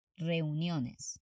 reuniones